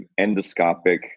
endoscopic